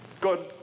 Good